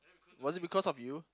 was it because of you